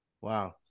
Wow